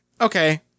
okay